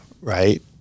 right